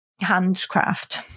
handcraft